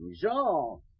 Jean